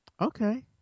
Okay